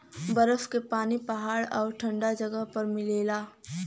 बरफ के पानी पहाड़ आउर ठंडा जगह पर मिलला